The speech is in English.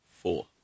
four